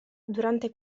durante